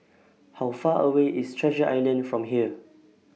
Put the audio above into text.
How Far away IS Treasure Island from here